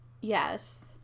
Yes